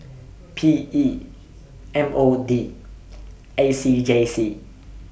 P E M O D A C J C